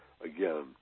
again